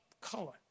color